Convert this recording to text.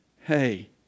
Hey